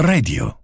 Radio